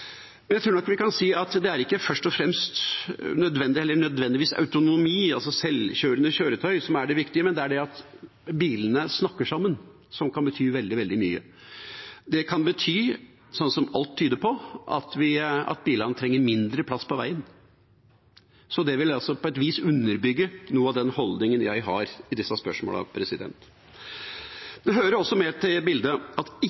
jeg tror nok vi kan si at det ikke nødvendigvis er autonomi, altså selvkjørende kjøretøy, som er det viktige, men at bilene snakker sammen, som kan bety veldig, veldig mye. Det kan bety, slik alt tyder på, at bilene trenger mindre plass på veien. Det vil altså på et vis underbygge noe av den holdningen jeg har i disse spørsmålene. Det hører også med i bildet at